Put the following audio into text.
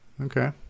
Okay